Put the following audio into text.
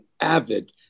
avid